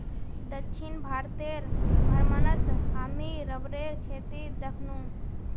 दक्षिण भारतेर भ्रमणत हामी रबरेर खेती दखनु